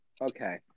Okay